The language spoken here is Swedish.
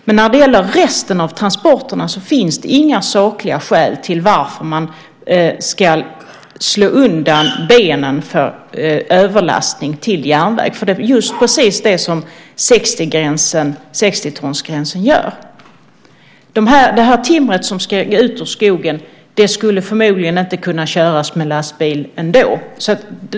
Men när det gäller resten av transporterna finns det inga sakliga skäl till varför man ska slå undan benen för överlastning till järnväg, för det är just precis det som 60-tonsgränsen gör. Det här timret som ska ut ur skogen skulle förmodligen inte kunna köras med lastbil ändå.